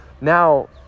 Now